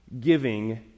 giving